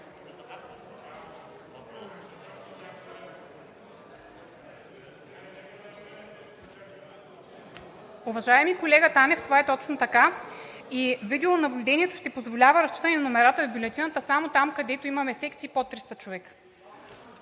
Уважаеми колега Танев, това е точно така и видеонаблюдението ще позволява разчитане номерата в бюлетината само там, където имаме секции под 300 човека.